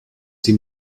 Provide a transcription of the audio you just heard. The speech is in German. sie